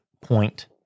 point